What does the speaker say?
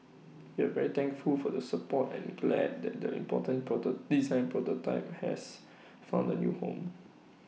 we are very thankful for the support and glad that the important design prototype has found the new home